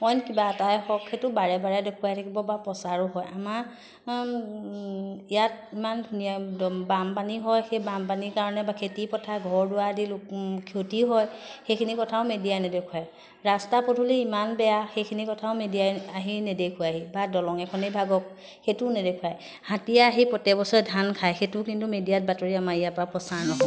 অইন কিবা এটাই হওক সেইটো বাৰে বাৰে দেখুৱাই থাকিব বা প্ৰচাৰো হয় আমাৰ ইয়াত ইমান ধুনীয়া বানপানী হয় সেই বানপানীৰ কাৰণে বা খেতি পথাৰ ঘৰ দুৱাৰ আদি লোক ক্ষতি হয় সেইখিনি কথাও মেডিয়াই নেদেখুৱায় ৰাস্তা পদূলি ইমান বেয়া সেইখিনি কথাও মেডিয়াই আহি নেদেখুৱায়হি বা দলং এখনেই ভাগক সেইটোও নেদেখুৱায় হাতীয়ে আহি প্ৰত্যেক বছৰে ধান খায় সেইটোও কিন্তু মেডিয়াত বাতৰি আমাৰ ইয়াৰ পৰা প্ৰচাৰ নহয়